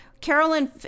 Carolyn